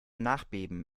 nachbeben